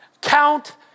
count